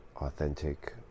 authentic